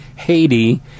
Haiti